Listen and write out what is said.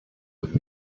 would